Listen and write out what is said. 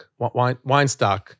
Weinstock